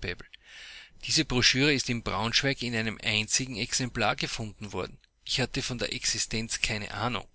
be diese broschüre ist in braunschweig in einem einzigen exemplar gefunden worden ich hatte von ihrer existenz keine ahnung